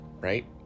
right